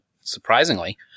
Surprisingly